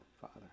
Father